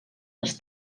les